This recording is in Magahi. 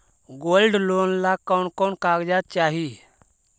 गोल्ड लोन ला कौन कौन कागजात चाही?